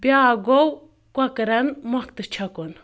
بیٛاکھ گوٚو کۄکرَن مۄکھتہٕ چھکُن